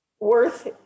worth